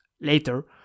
later